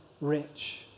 rich